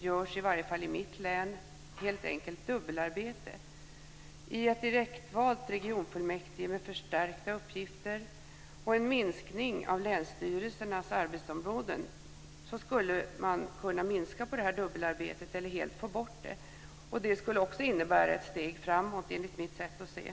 görs i varje fall i mitt län helt enkelt dubbelarbete. I ett direktvalt regionfullmäktige med förstärkta uppgifter och en minskning av länsstyrelsernas arbetsområden skulle man kunna minska detta dubbelarbete eller helt få bort det, och det skulle också innebära ett steg framåt enligt mitt sätt att se.